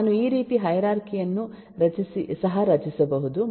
ನಾನು ಈ ರೀತಿಯ ಹೈರಾರ್ಚಿ ಯನ್ನು ಸಹ ರಚಿಸಬಹುದು